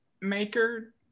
maker